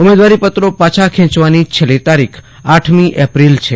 ઉમેદવારીપત્રો પાછા ખેંચવાની છેલ્લી તારીખ આઠમી એપ્રિલ છે